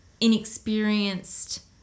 inexperienced